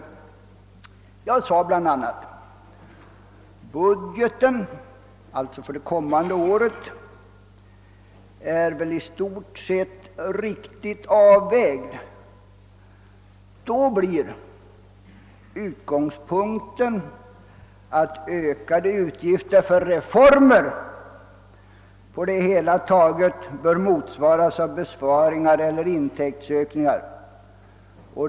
Jag sade bl.a.: Budgeten — alltså för det kommande året — är väl i stort sett riktigt avvägd. Då blir utgångspunkten att ökade utgifter för reformer på det hela taget bör motsvaras av besparingar eller intäktsökningar.